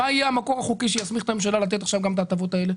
מה יהיה המקור החוקי שיסמיך את הממשלה לתת עכשיו גם את ההטבות האלה,